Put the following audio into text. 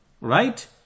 Right